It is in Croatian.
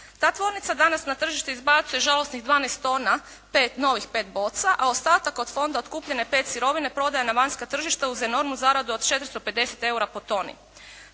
Ta tvornica danas na tržište izbacuje žalosnih 12 tona novih pet boca a ostatak od fonda otkupljene pet sirovine prodaje na vanjska tržišta uz enormnu zaradu od 450 eura po toni.